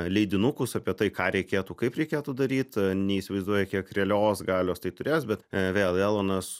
leidinukus apie tai ką reikėtų kaip reikėtų daryt neįsivaizduoju kiek realios galios tai turės bet vėl elonas